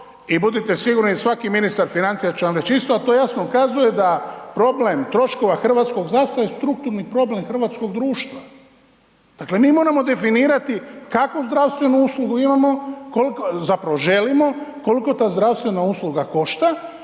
I budite sigurni svaki ministar financija će vam reći isto, a to jasno ukazuje da problem troškova hrvatskog zdravstva je strukturni problem hrvatskog društva. Dakle mi moramo definirati kakvu zdravstvenu želimo, koliko ta zdravstvena usluga košta